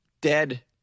dead